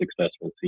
successful